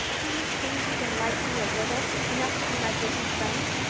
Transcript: do you think you can like me a little enough to be my bosom friend?